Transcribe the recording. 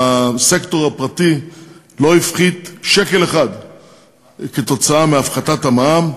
הסקטור הפרטי לא הפחית שקל אחד מהפחתת המע"מ.